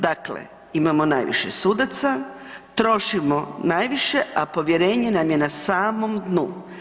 Dakle imamo najviše sudaca, trošimo najviše, a povjerenje nam je na samom dnu.